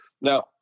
Now